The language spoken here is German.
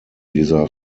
dieser